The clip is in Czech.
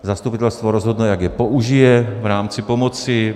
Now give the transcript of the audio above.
Zastupitelstvo rozhodne, jak je použije v rámci pomoci.